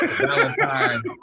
Valentine